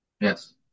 Yes